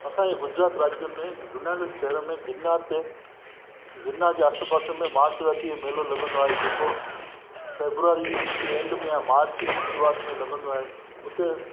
असांजो गुजरात राज्य में जूनागढ़ शहर में गिरनार ते गिरनार जे आसेपासे में महाशिवरात्रिअ जो मेलो लॻंदो आहे जेको फेब्रुआरी जी ऐंड में आहे मार्च जी शुरूआत में लॻंदो आहे उते